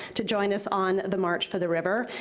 to join us on the march for the river,